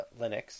Linux